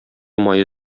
мае